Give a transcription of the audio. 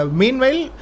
meanwhile